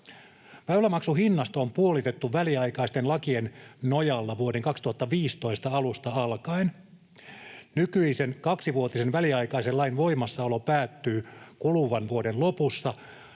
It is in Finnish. Väylämaksuhinnasto on puolitettu väliaikaisten lakien nojalla vuoden 2015 alusta alkaen. Nykyisen kaksivuotisen väliaikaisen lain voimassaolo päättyy kuluvan vuoden lopussa,